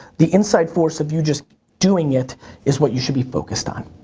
the inside force of you just doing it is what you should be focused on.